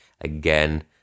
again